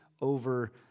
over